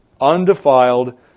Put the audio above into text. undefiled